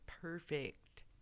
perfect